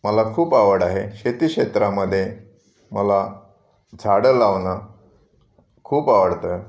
मला खूप आवड आहे शेती क्षेत्रामध्ये मला झाडं लावणं खूप आवडतं